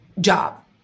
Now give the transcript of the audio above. job